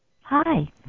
Hi